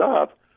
up